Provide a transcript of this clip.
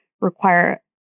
require